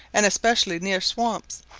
and especially near swamps,